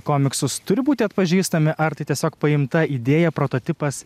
komiksus turi būti atpažįstami ar tai tiesiog paimta idėja prototipas